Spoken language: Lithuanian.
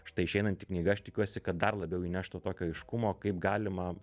štai išeinanti knyga aš tikiuosi kad dar labiau įneštų tokio aiškumo kaip galima